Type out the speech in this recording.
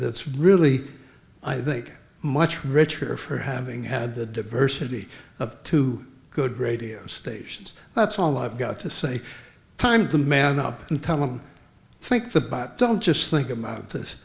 that's really i think much richer for having had the diversity of two good radio stations that's all i've got to say time to man up and tell him i think the bottom just think about this